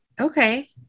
Okay